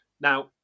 Now